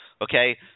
Okay